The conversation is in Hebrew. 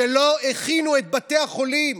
שלא הכינו את בתי החולים.